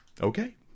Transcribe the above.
okay